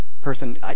person